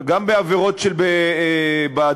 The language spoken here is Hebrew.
גם בעבירות בדרכים,